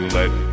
let